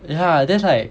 yeah that's like